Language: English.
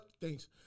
thanks